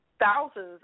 thousands